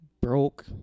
broke